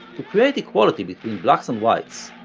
to create equality between blacks and whites,